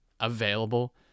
Available